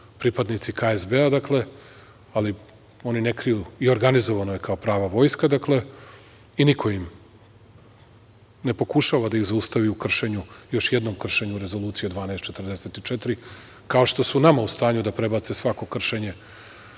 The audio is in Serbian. pripadnici KSB, ali oni ne kriju i organizovano je kao prava vojska i niko ne pokušava da ih zaustavi u kršenju, još jednom kršenju Rezolucije 1244, kao što su nama u stanju da prebace svako kršenje,